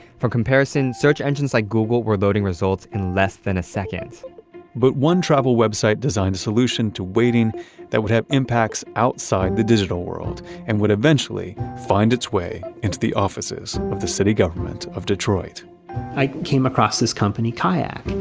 for comparison, search engines like google were loading results in less than a second but, one travel website designed a solution to waiting that would have impacts outside the digital world and would eventually find its way into the offices of the city government of detroit i came across this company, kayak,